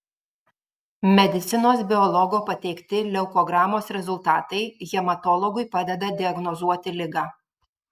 medicinos biologo pateikti leukogramos rezultatai hematologui padeda diagnozuoti ligą